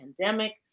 pandemic